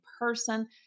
person